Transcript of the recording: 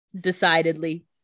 decidedly